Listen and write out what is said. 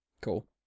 Cool